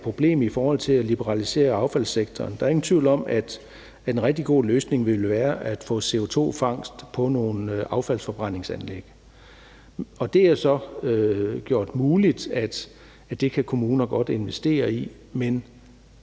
problem i forhold til at liberalisere affaldssektoren. Der er ingen tvivl om, at en rigtig god løsning ville være at få CO2-fangst på nogle affaldsforbrændingsanlæg, og det er så gjort muligt, at det kan kommuner godt kan investere i, men